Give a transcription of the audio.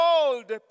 old